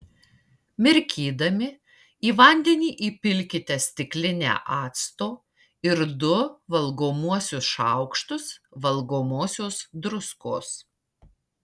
mirkydami į vandenį įpilkite stiklinę acto ir du valgomuosius šaukštus valgomosios druskos